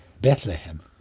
Bethlehem